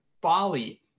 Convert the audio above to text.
Bali